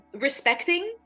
respecting